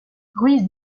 ruiz